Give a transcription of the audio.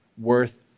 worth